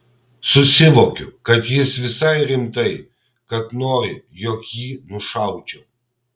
susivokiu kad jis visai rimtai kad nori jog jį nušaučiau